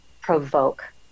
provoke